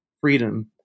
freedom